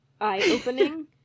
eye-opening